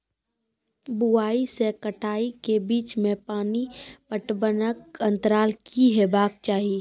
बुआई से कटाई के बीच मे पानि पटबनक अन्तराल की हेबाक चाही?